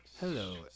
Hello